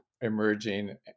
emerging